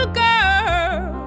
girl